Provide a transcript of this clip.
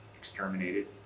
exterminated